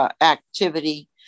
activity